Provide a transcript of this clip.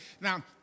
Now